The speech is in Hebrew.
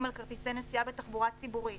על כרטיסי נסיעה בתחבורה ציבורית.